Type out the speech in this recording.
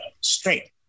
straight